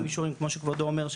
גם מישורים כמו שכבודו אומר,